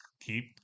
keep